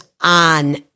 on